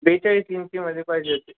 बेचाळीस इंचीमध्ये पाहिजे होती